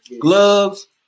Gloves